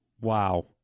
Wow